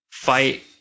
fight